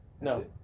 No